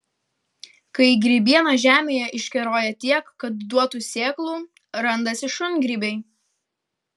kai grybiena žemėje iškeroja tiek kad duotų sėklų randasi šungrybiai